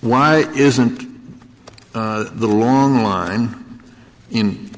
why isn't the long line in